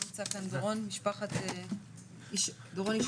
דורון איש